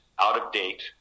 out-of-date